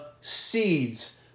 seeds